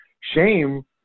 shame